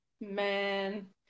man